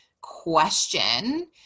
question